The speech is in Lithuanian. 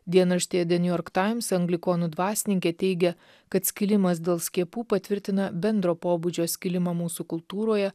dienraštyje the new york times anglikonų dvasininkė teigia kad skilimas dėl skiepų patvirtina bendro pobūdžio skilimą mūsų kultūroje